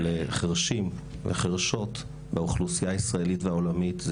חרשים וחרשות באוכלוסיה הישראלית והעולמית.